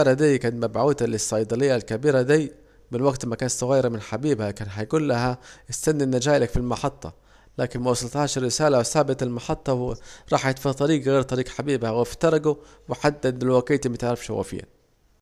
الرسالة دي كانت مبعوتة للصيادة الكبيرة دي أيام ما كانت صغيرة، كان حيجولها استني انا جايلك في المحطة، لكن موصلتهاش الرسالة وسابت المحطة وراحت في طريج غير طريج حبيبها وافترجوا وحتى دولقيتي متعرفش هو فين